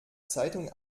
zeitung